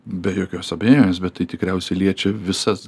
be jokios abejonės bet tai tikriausiai liečia visas